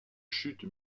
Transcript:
chute